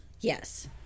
Yes